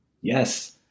Yes